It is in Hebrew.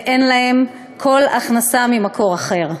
ואין להם כל הכנסה ממקור אחר.